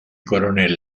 coronel